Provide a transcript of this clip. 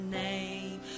name